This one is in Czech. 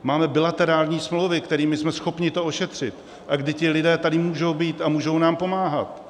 Máme bilaterální smlouvy, kterými jsme schopni to ošetřit, a kdy ti lidé tady můžou být a můžou nám pomáhat.